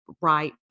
right